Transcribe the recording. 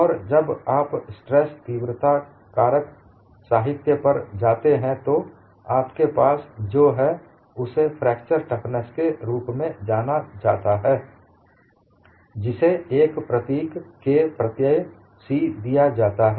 और जब आप स्ट्रेस तीव्रता कारक साहित्य पर जाते हैं तो आपके पास जो है उसे फ्रैक्चर टफनेस के रूप में जाना जाता है जिसे एक प्रतीक K प्रत्यय C दिया जाता है